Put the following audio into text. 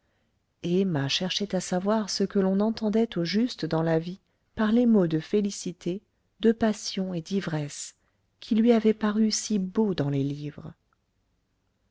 et emma cherchait à savoir ce que l'on entendait au juste dans la vie par les mots de félicité de passion et d'ivresse qui lui avaient paru si beaux dans les livres